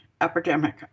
epidemic